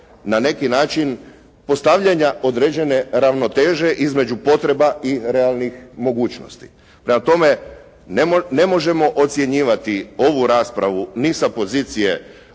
na neki način postavljanja određene ravnoteže i potreba i realnih mogućnosti. Prema tome, ne možemo ocjenjivati ovu raspravu ni sa pozicije